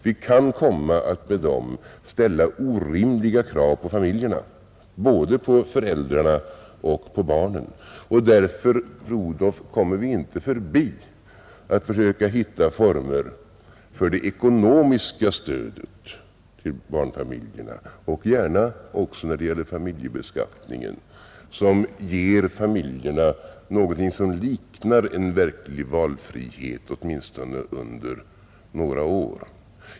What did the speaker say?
Vi kan komma att med dem ställa orimliga krav på familjerna, både på föräldrarna och på barnen, och därför, fru Odhnoff, kommer vi inte förbi att försöka hitta former för det ekonomiska stödet till barnfamiljerna — gärna också när det gäller familjebeskattningen — som ger familjerna någonting som liknar en verklig valfrihet, åtminstone under några år.